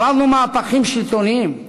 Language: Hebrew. עברנו מהפכים שלטוניים,